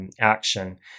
action